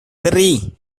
tri